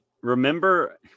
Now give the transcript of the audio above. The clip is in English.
remember